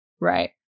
Right